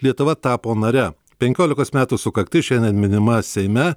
lietuva tapo nare penkiolikos metų sukaktis šiandien minima seime